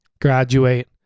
graduate